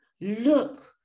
Look